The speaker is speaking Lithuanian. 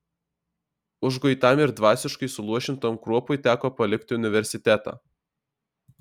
užguitam ir dvasiškai suluošintam kruopui teko palikti universitetą